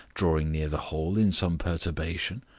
drawing near the hole in some perturbation.